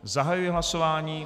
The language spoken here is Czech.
Zahajuji hlasování...